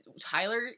Tyler